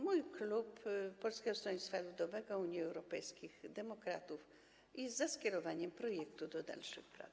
Mój klub, klub Polskiego Stronnictwa Ludowego - Unii Europejskich Demokratów, jest za skierowaniem projektu do dalszych prac.